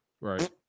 Right